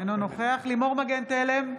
אינו נוכח לימור מגן תלם,